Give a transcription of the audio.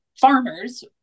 farmers